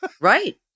Right